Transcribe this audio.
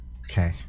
Okay